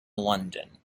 london